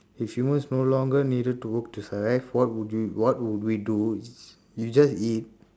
if humans no longer needed to work to survive what would you what would we do it's you just eat